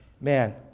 man